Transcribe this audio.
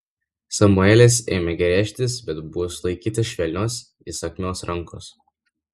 samuelis ėmė gręžtis bet buvo sulaikytas švelnios įsakmios rankos